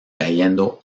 cayendo